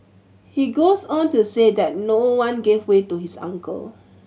he goes on to say that no one gave way to his uncle